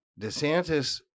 DeSantis